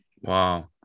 Wow